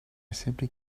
simply